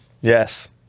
Yes